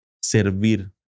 servir